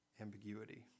ambiguity